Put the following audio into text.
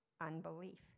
unbelief